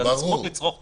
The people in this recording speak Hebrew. אז הזכות לצרוך תרבות,